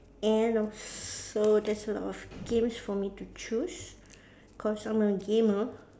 and also there's a lot of games for me to choose cause I'm a gamer